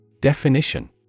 Definition